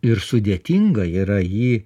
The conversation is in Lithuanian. ir sudėtinga yra jį